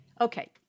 Okay